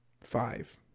Five